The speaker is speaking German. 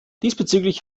diesbezüglich